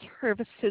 services